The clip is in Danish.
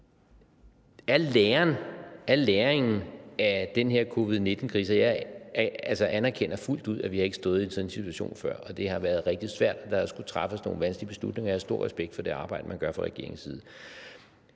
der kan svare, justitsministeren. Jeg anerkender fuldt ud, at vi ikke har stået i sådan en situation før, og at det har været rigtig svært, for der har skullet træffes nogle vanskelige beslutninger, og jeg har stor respekt for det arbejde, der gøres fra regeringens side,